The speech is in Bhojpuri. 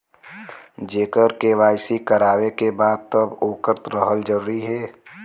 जेकर के.वाइ.सी करवाएं के बा तब ओकर रहल जरूरी हे?